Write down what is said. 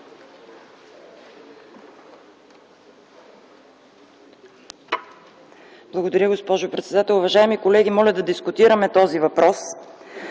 Благодаря, госпожо председател. Уважаеми колеги, моля да дискутираме този въпрос.